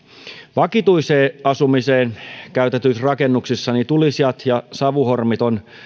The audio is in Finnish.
vakituiseen asumiseen käytetyissä rakennuksissa tulisijat ja savuhormit on